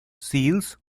seals